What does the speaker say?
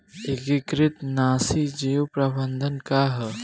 एकीकृत नाशी जीव प्रबंधन का ह?